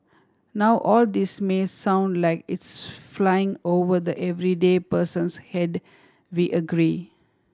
now all this may sound like it's flying over the everyday person's head we agree